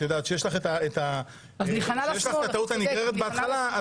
שיש לך הטעות הנגררת בהתחלה.